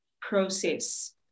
process